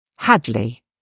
Hadley